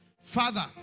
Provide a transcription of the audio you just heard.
Father